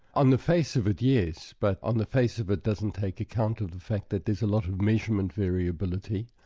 on the face of it, yes. but on the face of it, it doesn't take account of the fact that there's a lot of measurement variability,